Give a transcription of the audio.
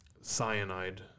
Cyanide